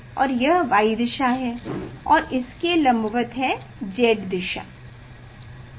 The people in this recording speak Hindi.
लोरेंट्ज़ बल F qE v x B से परिभाषित किया जाएगा जहाँ v वेग है और B चुंबकीय क्षेत्र तथा e विद्युत क्षेत्र है